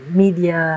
media